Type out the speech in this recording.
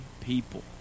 people